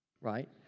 right